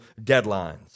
deadlines